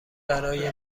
برای